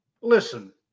listen